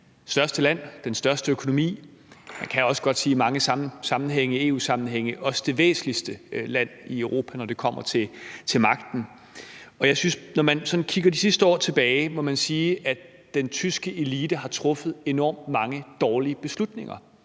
største land, den største økonomi. Man kan også godt sige, at det i mange EU-sammenhænge også er det væsentligste land i Europa, når det kommer til magten. Og jeg synes, at når man sådan kigger tilbage på de sidste år, må man sige, at den tyske elite har truffet enormt mange dårlige beslutninger,